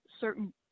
certain